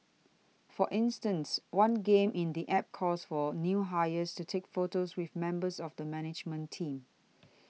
for instance one game in the App calls for new hires to take photos with members of the management team